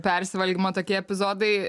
persivalgymo tokie epizodai